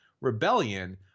Rebellion